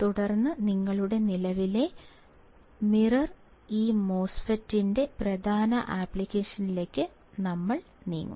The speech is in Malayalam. തുടർന്ന് നിങ്ങളുടെ നിലവിലെ മിററായ ഈ മോസ്ഫെറ്റിന്റെ പ്രധാന ആപ്ലിക്കേഷനിലേക്ക് ഞങ്ങൾ നീങ്ങും